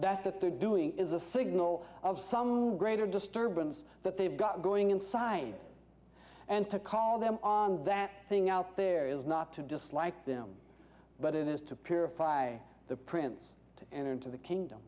that that they're doing is a signal of some greater disturbance that they've got going inside and to call them on that thing out there is not to dislike them but it is to purify the prince and into the kingdom